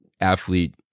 athlete